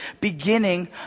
beginning